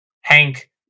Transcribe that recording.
Hank